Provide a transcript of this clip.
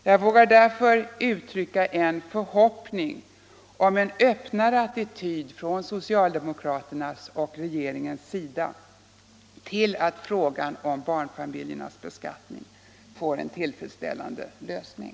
Jag vågar därför uttrycka en förhoppning om en öppnare attityd från socialdemokraternas och regeringens sida till att frågan om barnfamiljernas beskattning får en tillfredsställande lösning.